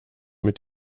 mit